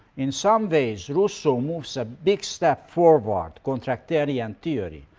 in some ways rousseau moves a big step forward contractarian theory,